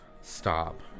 Stop